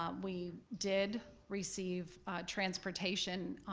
um we did receive transportation,